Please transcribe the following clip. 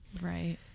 Right